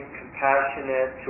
compassionate